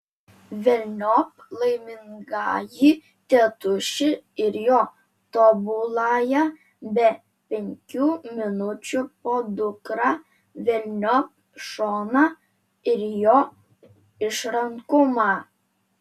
velniop laimingąjį tėtušį ir jo tobuląją be penkių minučių podukrą velniop šoną ir jo išrankumą